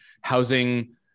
housing